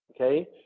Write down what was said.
okay